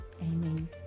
amen